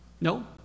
No